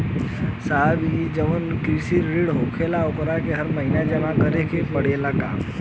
साहब ई जवन कृषि ऋण होला ओके हर महिना जमा करे के पणेला का?